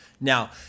Now